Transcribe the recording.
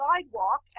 sidewalk